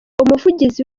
umuvugizi